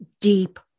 deep